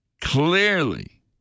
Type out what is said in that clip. clearly